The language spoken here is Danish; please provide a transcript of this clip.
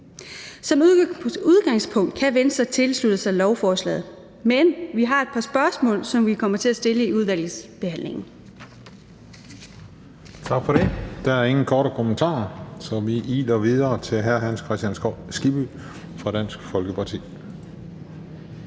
Som udgangspunkt kan Venstre tilslutte sig lovforslaget, men vi har et par spørgsmål, som vi kommer til at stille i udvalgsbehandlingen.